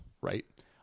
Right